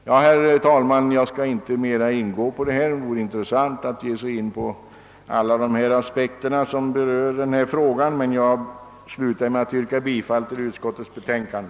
Jag skall inte ytterligare fördjupa mig i detta ämne, ehuru det vore intressant att gå närmare in på de aspekter som man kan lägga på frågan, utan jag vill sluta mitt anförande med att yrka bifall till utskottets betänkande.